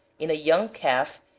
in a young calf,